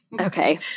Okay